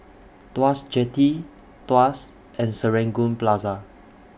Tuas Jetty Tuas and Serangoon Plaza